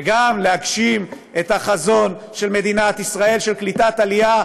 וגם להגשים את החזון של מדינת ישראל של קליטת עלייה,